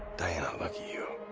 diana lucky you.